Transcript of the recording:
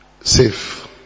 safe